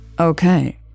Okay